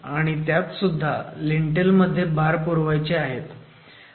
आणि त्यात सुद्धा लिंटेल मध्ये बार पुरवायचे आहेत